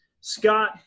Scott